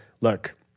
look-